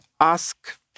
ask